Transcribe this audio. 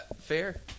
fair